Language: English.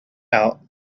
out